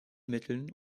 mitteln